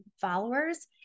followers